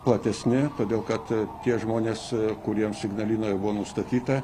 platesni todėl kad tie žmonės kuriems ignalinoje buvo nustatyta